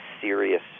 serious